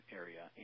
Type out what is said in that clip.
area